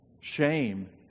shame